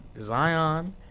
Zion